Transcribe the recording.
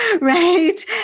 right